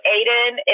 Aiden